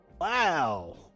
Wow